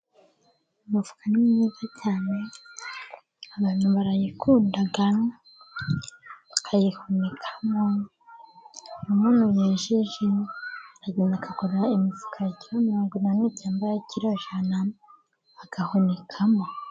Imifuka ni myiza cyane, abantu barayikunda bakayihunikamo. Iyo umuntu yejeje, aragenda akagura imifuka ya kilo mirongo inani cyangwa ya kilo jana agahunikamo.